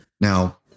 Now